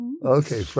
Okay